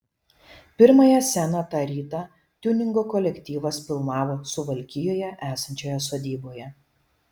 pirmąją sceną tą rytą tiuningo kolektyvas filmavo suvalkijoje esančioje sodyboje